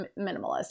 minimalist